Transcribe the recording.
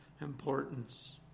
importance